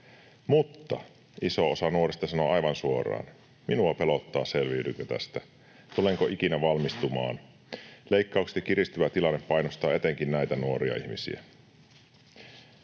Mutta iso osa nuorista sanoo aivan suoraan: minua pelottaa, selviydynkö tästä, tulenko ikinä valmistumaan. Leikkaukset ja kiristyvä tilanne painostavat etenkin näitä nuoria ihmisiä.